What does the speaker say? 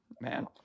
man